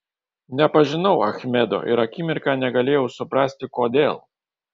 nepažinau achmedo ir akimirką negalėjau suprasti kodėl